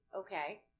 Okay